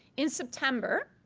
in september,